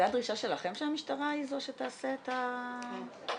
זו הייתה דרישה שלכם שהמשטרה היא זו שתעשה את ה- -- כן.